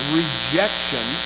rejection